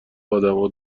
ادما